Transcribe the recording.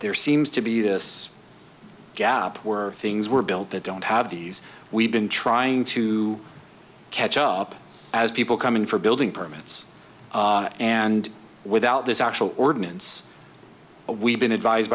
there seems to be this gap were things were built that don't have these we've been trying to catch up as people come in for building permits and without this actual ordinance we've been advised